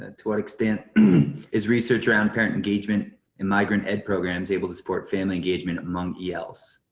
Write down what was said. ah to what extent is research around parent engagement and migrant aid programs able to support family engagement among els?